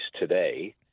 today